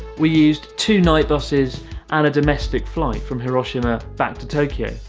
we used two night busses and a domestic flight from hiroshima back to tokyo.